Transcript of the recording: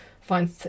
find